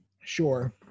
Sure